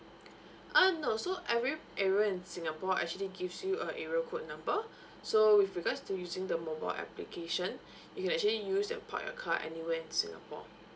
ah no so every area in singapore actually gives you a area code number so with regards to using the mobile application you can actually use and park your car anywhere in singapore